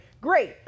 great